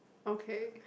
okay